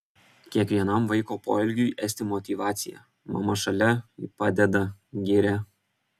kiekvienam vaiko poelgiui esti motyvacija mama šalia ji padeda giria